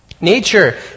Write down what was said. Nature